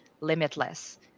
limitless